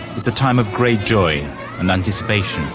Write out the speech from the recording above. it's a time of great joy and anticipation.